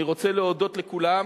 אני רוצה להודות לכולם,